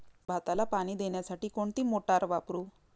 भाताला पाणी देण्यासाठी कोणती मोटार वापरू?